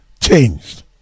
changed